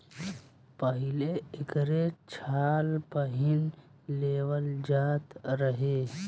पहिले एकरे छाल पहिन लेवल जात रहे